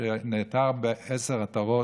שנעטר בעשר עטרות,